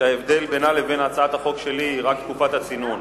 שההבדל בינה לבין הצעת החוק שלי הוא רק תקופת הצינון.